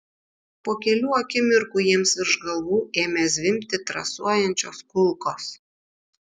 po kelių akimirkų jiems virš galvų ėmė zvimbti trasuojančios kulkos